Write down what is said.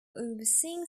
overseeing